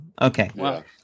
okay